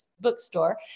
bookstore